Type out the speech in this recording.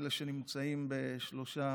אלה שנמצאים בשלושה